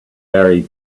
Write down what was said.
barry